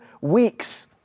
weeks